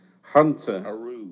hunter